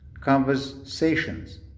conversations